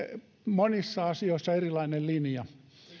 monissa asioissa erilainen linja